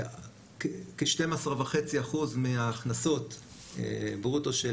כ-12.5% מההכנסות ברוטו של